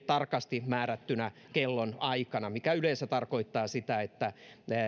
tarkasti määrättynä kellonaikana mikä yleensä tarkoittaa sitä että